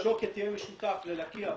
שוקת יהיה משותף ללקיע וחורה,